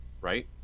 right